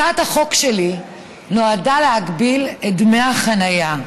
הצעת החוק שלי נועדה להגביל את דמי החניה.